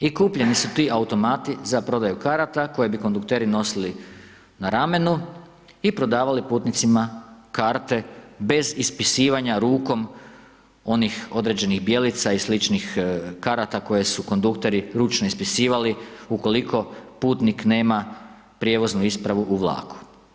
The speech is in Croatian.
I kupljeni su ti automati za prodaju karata koji bi kondukteri nosili na ramenu i prodavali putnicima karte bez ispisivanja rukom onih određenih bjelica i sličnih karata koje su kondukteri ručno ispisivali ukoliko putnik nema prijevoznu ispravu u vlaku.